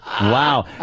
Wow